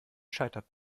scheitert